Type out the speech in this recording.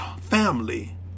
family